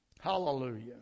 Hallelujah